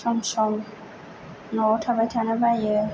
सम सम न'आव थाबाय थानो बायो